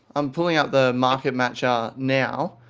i'm pulling out the market matcher now.